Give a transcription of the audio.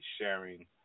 sharing